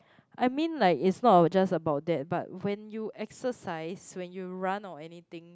I mean like it's not just about that but when you exercise when you run or anything